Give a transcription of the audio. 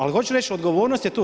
Ali hoću reći, odgovornost je tu.